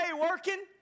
working